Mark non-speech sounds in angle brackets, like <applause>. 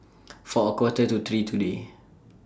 <noise> For A Quarter to three today